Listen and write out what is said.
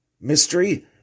mystery